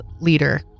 leader